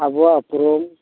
ᱟᱵᱚᱣᱟᱜ ᱩᱯᱨᱩᱢ